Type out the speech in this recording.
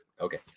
Okay